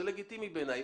זה לגיטימי בעיניי.